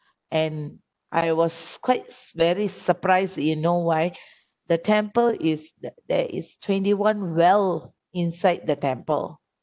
and I was quite very surprised you know why the temple is that that is twenty-one well inside the temple